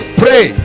pray